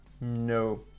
No